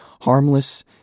harmless